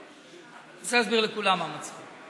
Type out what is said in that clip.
אני רוצה להסביר לכולם מה מצחיק.